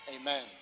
Amen